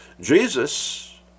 Jesus